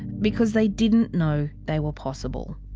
because they didn't know they were possible.